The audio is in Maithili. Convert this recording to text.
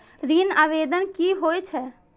ऋण आवेदन की होय छै?